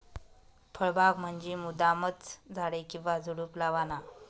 फळबाग म्हंजी मुद्दामचं झाडे किंवा झुडुप लावाना